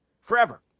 Forever